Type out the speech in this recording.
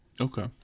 Okay